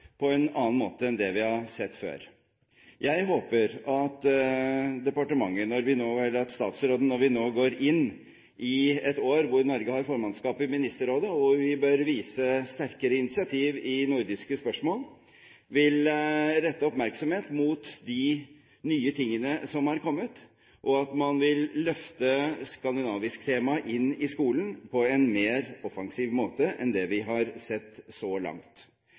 på en annen måte enn det vi har sett før. Jeg håper at statsråden – når vi nå går inn i et år da Norge har formannskapet i Ministerrådet, og hvor vi bør vise sterkere initiativ i nordiske spørsmål – vil rette oppmerksomheten mot de nye tingene som har kommet, og at man vil løfte skandinavisk tema inn i skolen på en mer offensiv måte enn det vi har sett så langt.